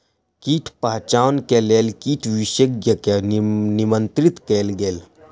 कीट पहचान के लेल कीट विशेषज्ञ के निमंत्रित कयल गेल